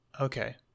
okay